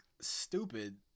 stupid